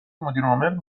مدیرعامل